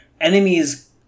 enemies